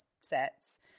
sets